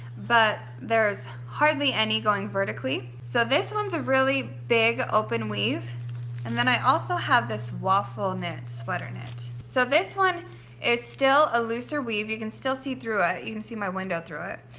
but there's hardly any going vertically. so this one's a really big open weave and then i also have this waffle knit sweater knit. so this one it's still a looser weave. you can still see through it. you can see my window through it,